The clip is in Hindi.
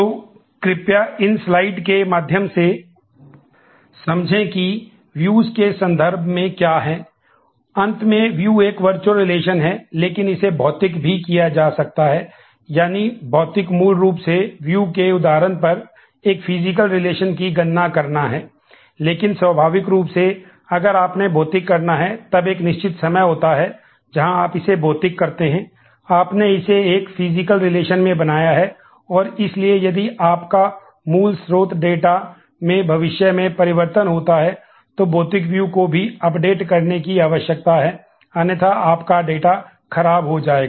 तो कृपया इन स्लाइड्स के माध्यम से समझें कि व्यूज खराब हो जाएगा